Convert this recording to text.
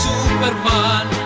Superman